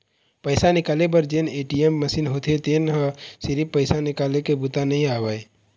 पइसा निकाले बर जेन ए.टी.एम मसीन होथे तेन ह सिरिफ पइसा निकाले के बूता नइ आवय